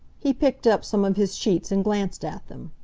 he picked up some of his sheets and glanced at them.